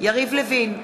יריב לוין,